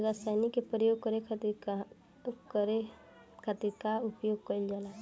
रसायनिक के प्रयोग करे खातिर का उपयोग कईल जाला?